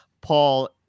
Paul